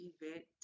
Event